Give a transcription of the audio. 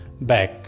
back